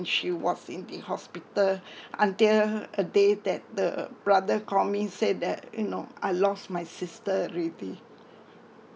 she was in the hospital until a day that the brother call me say that you know I lost my sister already